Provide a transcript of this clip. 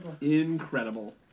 incredible